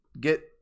get